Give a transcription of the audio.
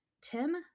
tim